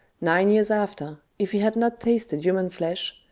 nine years after, if he had' not tasted human flesh,